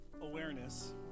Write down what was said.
awareness